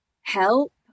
help